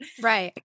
Right